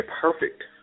perfect